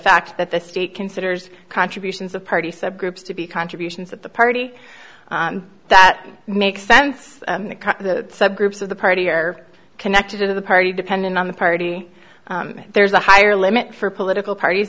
fact that the state considers contributions of party subgroups to be contributions that the party that makes sense of the subgroups of the party are connected to the party depending on the party there's a higher limit for political part